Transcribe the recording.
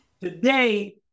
Today